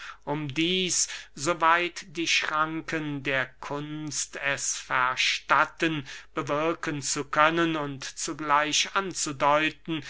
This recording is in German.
um dieß so weit die schranken der kunst es verstatten bewirken zu können und zugleich anzudeuten